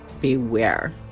beware